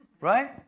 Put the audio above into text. right